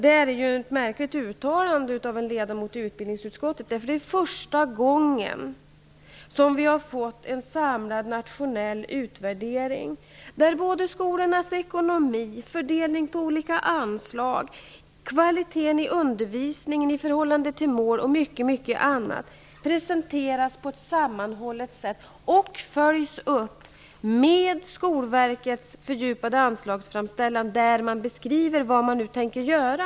Det är ett märkligt uttalande från en ledamot i utbildningsutskottet, eftersom det är första gången som vi har fått en samlad nationell utvärdering där skolornas ekonomi, fördelningen mellan olika anslag, kvaliteten i undervisningen i förhållande till målen, och mycket annat presenteras på ett sammanhållet sätt. Det följs upp i Skolverkets fördjupade anslagsframställan där man beskriver vad man tänker göra.